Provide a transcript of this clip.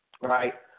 right